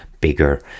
bigger